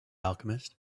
alchemist